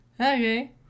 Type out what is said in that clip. Okay